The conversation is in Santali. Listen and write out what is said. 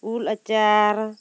ᱩᱞ ᱟᱪᱟᱨ